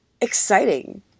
exciting